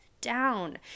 down